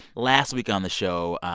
last week on the show,